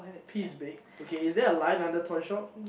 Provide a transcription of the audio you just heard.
T is big okay is there a line under toy shop